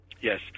Yes